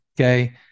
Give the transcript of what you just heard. okay